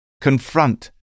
Confront